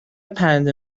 پرنده